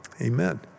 Amen